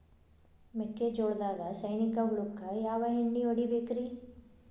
ಮೆಕ್ಕಿಜೋಳದಾಗ ಸೈನಿಕ ಹುಳಕ್ಕ ಯಾವ ಎಣ್ಣಿ ಹೊಡಿಬೇಕ್ರೇ?